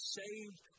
saved